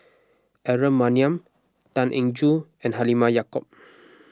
Aaron Maniam Tan Eng Joo and Halimah Yacob